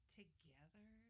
together